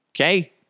Okay